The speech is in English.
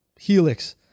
Helix